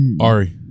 Ari